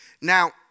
Now